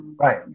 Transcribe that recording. Right